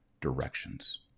directions